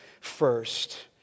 first